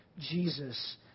Jesus